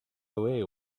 away